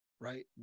right